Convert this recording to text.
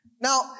Now